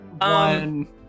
one